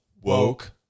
woke